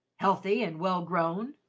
healthy and well-grown?